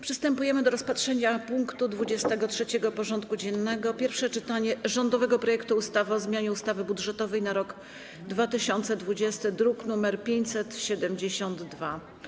Przystępujemy do rozpatrzenia punktu 23. porządku dziennego: Pierwsze czytanie rządowego projektu ustawy o zmianie ustawy budżetowej na rok 2020 (druk nr 572)